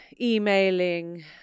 emailing